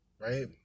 right